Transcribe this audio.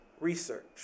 Research